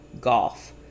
golf